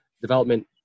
development